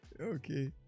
Okay